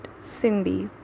cindy